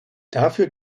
dafür